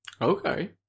Okay